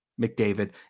McDavid